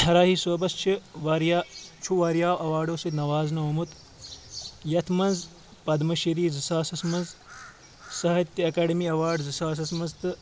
راہی صٲبس چھِ واریاہ چھُ واریاہ ایٚواڑو سۭتۍ نوازنہٕ آمُت یتھ منٛز پدمہٕ شری زٕ ساسَس منٛز ساہِتیہِ اکیٚڈٕمی اٮ۪واڈ زٕ ساسَس مَنٛز تہٕ